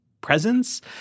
presence